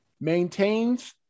maintains